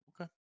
Okay